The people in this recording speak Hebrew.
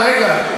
אפשר לשמוע מידע,